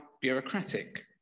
bureaucratic